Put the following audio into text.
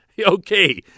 Okay